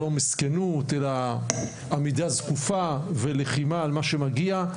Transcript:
לא מסכנות אלא עמידה זקופה ולחימה על מה שמגיע,